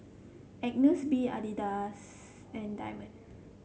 Agnes B Adidas and Diamond